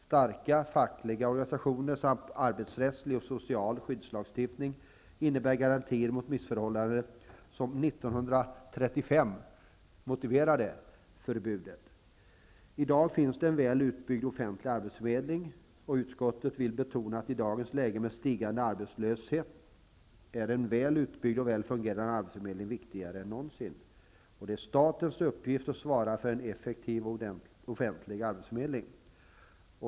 Starka fackliga organisationer samt arbetsrättslig och social skyddslagstiftning innebär garantier mot de missförhållanden som år I dag finns det en väl utbyggd offentlig arbetsförmedling, och utskottet betonar att, i dagens läge med stigande arbetslöshet, en väl utbyggd och fungerande arbetsförmedling är viktigare än någonsin. Det är statens uppgift att svara för en effektiv och offentlig arbetsförmedling.